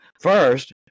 first